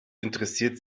interessiert